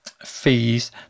Fees